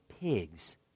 pigs